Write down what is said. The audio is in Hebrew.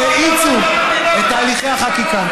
שהאיצו את תהליכי החקיקה,